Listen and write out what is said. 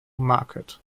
market